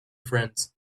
friends